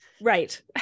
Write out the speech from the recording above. Right